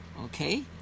Okay